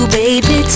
baby